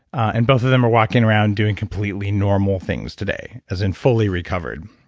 and both of them are walking around doing completely normal things today as in fully recovered,